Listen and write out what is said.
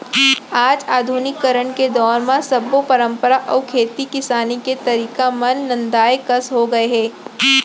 आज आधुनिकीकरन के दौर म सब्बो परंपरा अउ खेती किसानी के तरीका मन नंदाए कस हो गए हे